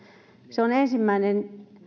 se on ensimmäinen